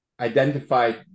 identified